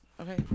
Okay